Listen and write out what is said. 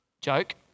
Joke